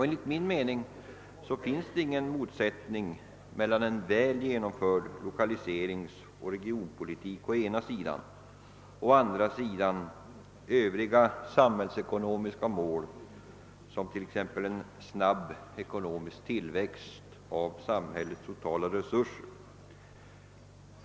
Enligt min mening finns det ingen motsättning mellan å ena sidan en väl genomförd lokaliseringsoch regionpolitik och å andra sidan övriga samhällsekonomiska mål som t.ex. en snabb ekonomisk tillväxt av samhällets totala resurser.